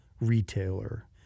retailer